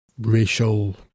racial